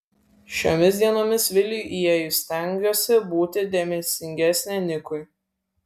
šiomis dienomis viliui įėjus stengiuosi būti dėmesingesnė nikui